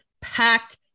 packed